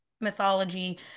mythology